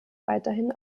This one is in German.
weiterhin